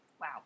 wow